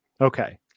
Okay